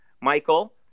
michael